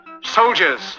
Soldiers